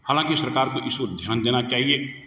हालाँकि सरकार को इस ओर ध्यान देना चाहिए